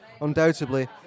Undoubtedly